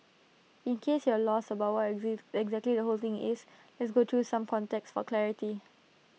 in case you're lost about what exactly the whole thing is let's go through some context for clarity